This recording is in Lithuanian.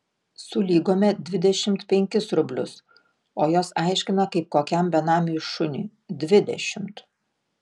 sulygome dvidešimt penkis rublius o jos aiškina kaip kokiam benamiui šuniui dvidešimt